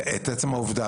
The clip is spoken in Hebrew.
את עצם העובדה.